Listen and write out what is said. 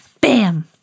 Bam